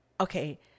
okay